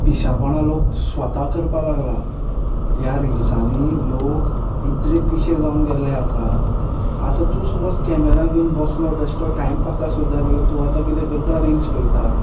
पिशापणा लोक स्वता करपाक लागला ह्या रिल्सांनी लोक इतले पिशे जावन गेल्ले आसात आतां तूं समज कॅमेरा घेवन बसलो बेस्टो टायमपास आसा जाल्यार तूं आतां कितें करता रिल्स पयता